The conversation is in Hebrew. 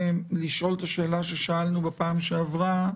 לשאול את השאלה ששאלנו בפעם שעברה,